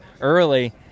early